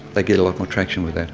they get a lot more traction with